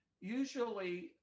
usually